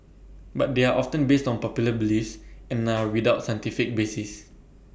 but they are often based on popular beliefs and are without scientific basis